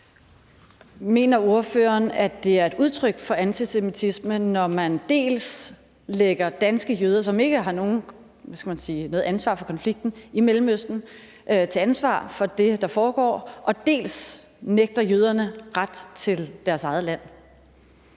Mener ordføreren, at det er et udtryk for antisemitisme, når man dels gør danske jøder, som ikke har noget ansvar for konflikten i Mellemøsten, ansvarlig for det, der foregår, dels nægter jøderne ret til deres eget land?